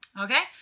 Okay